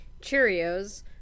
Cheerios